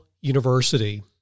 university